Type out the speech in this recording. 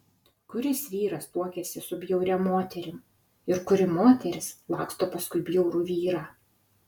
kuris vyras tuokiasi su bjauria moterim ir kuri moteris laksto paskui bjaurų vyrą